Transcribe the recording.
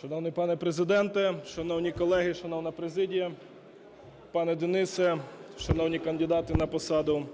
Шановний пане Президенте, шановні колеги, шановна президія, пане Денисе, шановні кандидати на посаду